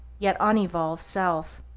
yet unevolved self.